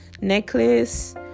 necklace